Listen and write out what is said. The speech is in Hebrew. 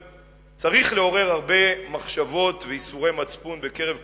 צריך לעורר מחשבות וייסורי מצפון בקרב כולנו,